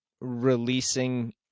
releasing